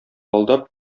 алдап